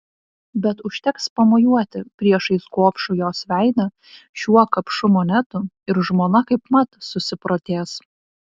bet užteks pamojuoti priešais gobšų jos veidą šiuo kapšu monetų ir žmona kaipmat susiprotės